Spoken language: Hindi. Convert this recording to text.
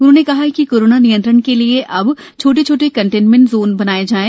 उन्होंने कहा कि कोरोना नियंत्रण के लिये अब छोटे छोटे कंटेनमेंट जोन बनाये जाये